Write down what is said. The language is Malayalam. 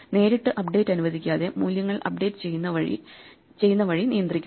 നേരിട്ട് അപ്ഡേറ്റ് അനുവദിക്കാതെ മൂല്യങ്ങൾ അപ്ഡേറ്റ് ചെയ്യുന്ന വഴി നിയന്ത്രിക്കുക